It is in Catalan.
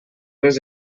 res